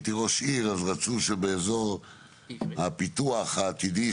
כשהייתי ראש עיר רצו שבאזור הפיתוח העתידי,